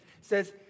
says